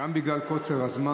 דרך שיברור לו האדם.